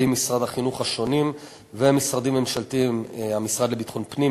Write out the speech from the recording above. משרד החינוך השונים והמשרדים הממשלתיים: המשרד לביטחון פנים,